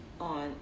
on